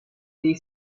dei